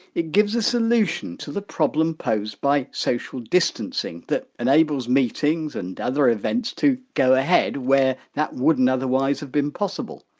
it gives a solution to the problem posed by social distancing that enables meetings and other events to go ahead, where that wouldn't otherwise have been possible.